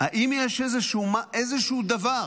אם יש איזשהו דבר